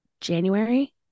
January